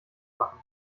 machen